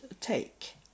take